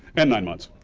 and nine months.